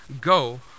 go